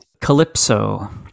Calypso